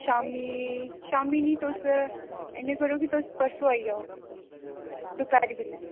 शामी शामी नी तुस इयां करो की तुस परसों आई जाओ दपैहरी बेल्ले